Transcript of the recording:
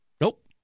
nope